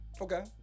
Okay